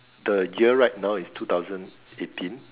the year right now is two thousand eighteen